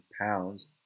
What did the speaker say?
pounds